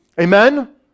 Amen